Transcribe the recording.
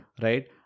Right